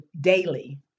daily